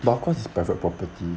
but cause it's private property